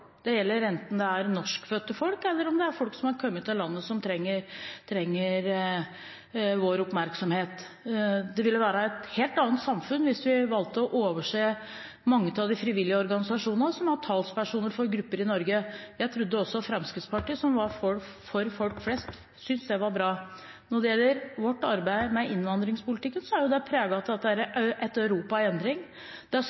Det gjelder enten det er norskfødte folk eller folk som har kommet til landet, som trenger vår oppmerksomhet. Dette ville vært et helt annet samfunn hvis vi valgte å overse mange av de frivillige organisasjonene som har talspersoner for grupper i Norge. Jeg trodde også Fremskrittspartiet, som var for folk flest, syntes det var bra. Når det gjelder vårt arbeid med innvandringspolitikken, er det preget av et Europa i endring. Det er store endringer i den europeiske politikken. Blant annet var det